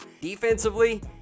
Defensively